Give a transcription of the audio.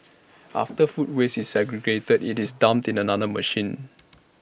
after food waste is segregated IT is dumped in another machine